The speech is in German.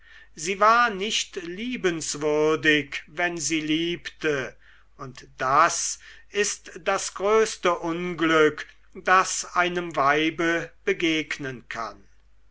sie war nicht liebenswürdig wenn sie liebte und das ist das größte unglück das einem weibe begegnen kann